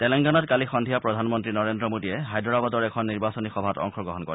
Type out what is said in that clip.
তেলেংগানাত কালি সন্ধিয়া প্ৰধানমন্ত্ৰী নৰেন্দ্ৰ মোডীয়ে হায়দৰাবাদৰ এখন নিৰ্বাচনী সভাত অংশগ্ৰহণ কৰে